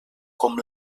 com